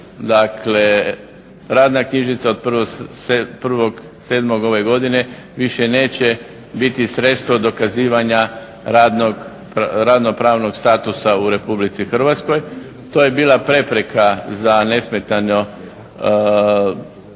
Dakle radna knjižica od 1.7. ove godine više neće biti sredstvo dokazivanja radno-pravnog statusa u Republici Hrvatskoj. To je bila prepreka za nesmetano